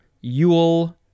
Yule